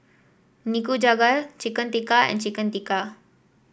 Nikujaga Chicken Tikka and Chicken Tikka